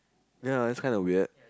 ya that's kind of weird